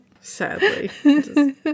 Sadly